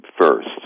first